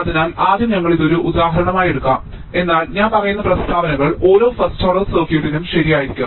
അതിനാൽ ആദ്യം ഞങ്ങൾ ഇത് ഒരു ഉദാഹരണമായി എടുക്കും എന്നാൽ ഞാൻ പറയുന്ന പ്രസ്താവനകൾ ഓരോ ഫസ്റ്റ് ഓർഡർ സർക്യൂട്ടിനും ശരിയായിരിക്കും